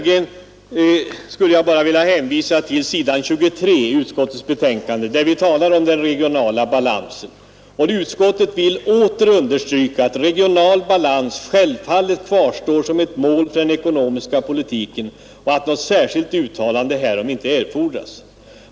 Vidare skulle jag vilja hänvisa herr Löfgren till vad som sägs på s. 23 i utskottsbetänkandet rörande uttalande om regional balans att utskottet vill ”åter understryka att regional balans självfallet kvarstår som ett mål för den ekonomiska politiken och att något särskilt uttalande härom inte erfordras.